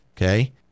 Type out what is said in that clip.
Okay